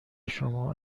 شما